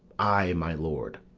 ay, my lord,